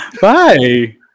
Bye